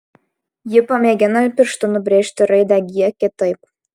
ji pamėgina pirštu nubrėžti raidę g kitaip